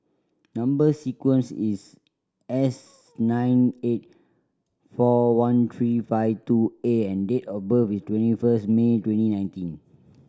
number sequence is S nine eight four one three five two A and date of birth is twenty first May twenty nineteen